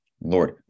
Lord